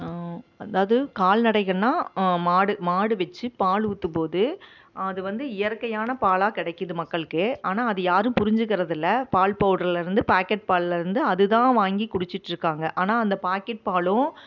அதாவது கால்நடைகள்ன்னால் மாடு மாடு வச்சு பால் ஊற்றும்போது அது வந்து இயற்கையான பாலாக கிடைக்கிது மக்களுக்கு ஆனால் அது யாரும் புரிஞ்சிக்கிறது இல்லை பால் பவுடருலருந்து பேக்கெட் பால்லேருந்து அதுதான் வாங்கி குடிச்சிட்டிருக்காங்க ஆனால் அந்த பேக்கெட் பாலும்